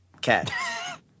Cat